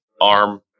ARM